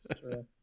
true